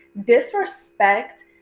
disrespect